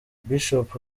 bishop